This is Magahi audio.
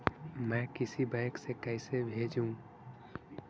मैं किसी बैंक से कैसे भेजेऊ